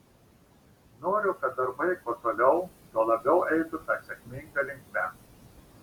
noriu kad darbai kuo toliau tuo labiau eitų ta sėkminga linkme